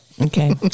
Okay